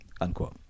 Unquote